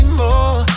more